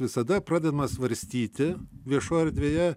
visada pradedama svarstyti viešoj erdvėje